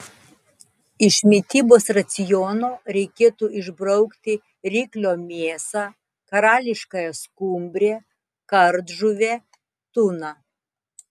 iš mitybos raciono reikėtų išbraukti ryklio mėsą karališkąją skumbrę kardžuvę tuną